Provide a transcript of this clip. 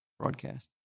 broadcast